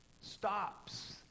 stops